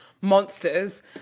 monsters